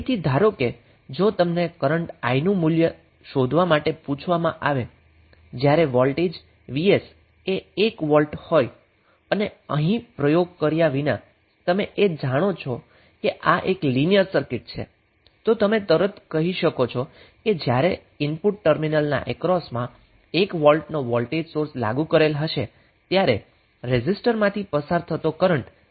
તેથી ધારો કે જો તમને કરન્ટ i નું મૂલ્ય શોધવા માટે પૂછવામાં આવે જ્યારે વોલ્ટેજ vs એ 1 વોલ્ટ હોય અને અહીં પ્રયોગ કર્યા વિના તમે એ જાણો કે આ એક લિનિયર સર્કિટ છે તો તમે તરત જ કહી શકો છો કે જ્યારે ઇનપુટ ટર્મિનલની એક્રોસમા 1 વોલ્ટ નો વોલ્ટેજ સોર્સ લાગુ કરેલો હશે ત્યારે રેઝિસ્ટરમાંથી પસાર થતો કરન્ટ 0